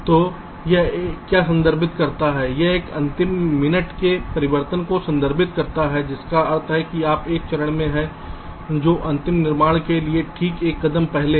तो यह क्या संदर्भित करता है यह एक अंतिम मिनट के परिवर्तनों को संदर्भित करता है जिसका अर्थ है कि आप एक चरण में हैं जो अंतिम निर्माण से ठीक एक कदम पहले है